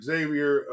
Xavier